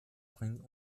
bringt